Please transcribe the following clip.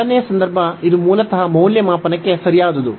ಎರಡನೆಯ ಸಂದರ್ಭ ಇದು ಮೂಲತಃ ಮೌಲ್ಯಮಾಪನಕ್ಕೆ ಸರಿಯಾದದು